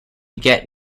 get